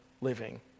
living